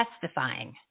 testifying